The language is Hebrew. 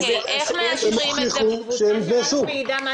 הם הוכיחו שהם בני זוג.